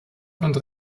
und